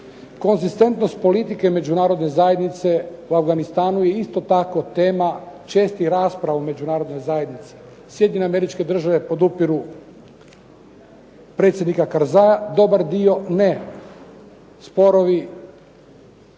Konzistentnost politike Međunarodne zajednice u Afganistanu je isto tako tema čestih rasprava u Međunarodnoj zajednici. Sjedinjene Američke Države podupiru predsjednika Karzaia, dobar dio ne. Sporovi,